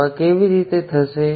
તો આ કેવી રીતે થશે